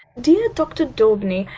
dear dr. daubeny,